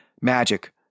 magic